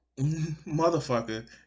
Motherfucker